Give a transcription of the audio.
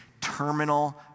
terminal